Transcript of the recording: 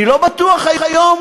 אני לא בטוח היום,